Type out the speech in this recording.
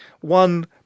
one